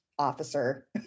officer